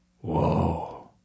Whoa